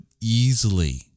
easily